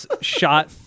shot